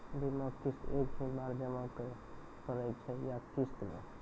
बीमा किस्त एक ही बार जमा करें पड़ै छै या किस्त मे?